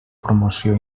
promoció